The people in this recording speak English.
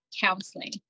counseling